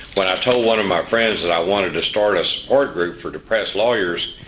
when i told one of my friends but i wanted to start a support group for depressed lawyers,